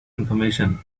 information